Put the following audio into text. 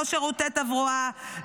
לא שירותי תברואה,